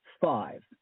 five